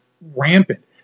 rampant